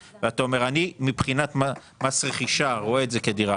ואומר: מבחינת מס רכישה אני רואה את זה כדירה,